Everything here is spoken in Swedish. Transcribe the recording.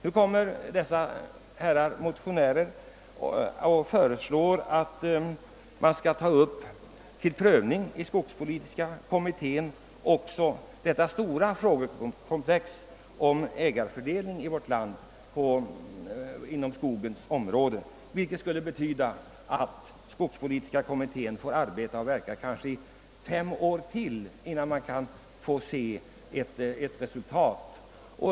Nu föreslår motionärerna att skogspolitiska kommittén skall ta upp till prövning också detta stora frågekomplex om ägarfördelningen inom skogens område, vilket skulle betyda att skogspolitiska kommittén får arbeta och verka kanske i fem år till, innan vi kan få se ett resultat.